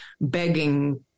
begging